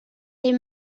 les